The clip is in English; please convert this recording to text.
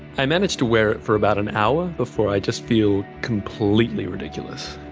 i managed to wear it for about an hour before i just feel completely ridiculous,